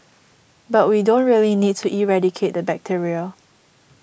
but we don't really need to eradicate the bacteria